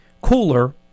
cooler